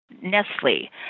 Nestle